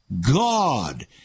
God